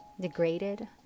degraded